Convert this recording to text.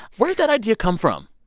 where did that idea come from?